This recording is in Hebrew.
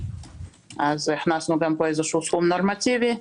אז הכנסנו פה סכום נורמטיבי.